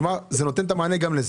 כלומר זה נותן את המענה גם לזה.